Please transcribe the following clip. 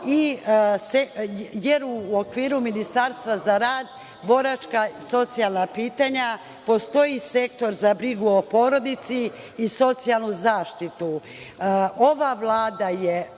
jer u okviru Ministarstva za rad, boračka i socijalna pitanja postoji sektor za brigu o porodici i socijalnu zaštitu. Ova